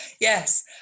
Yes